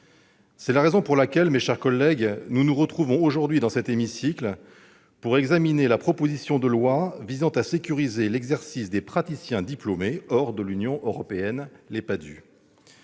C'est la raison pour laquelle, mes chers collègues, nous nous retrouvons aujourd'hui dans cet hémicycle pour examiner la proposition de loi visant à sécuriser l'exercice des praticiens diplômés hors de l'Union européenne. Inquiets de